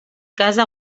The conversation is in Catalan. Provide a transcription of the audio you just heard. casa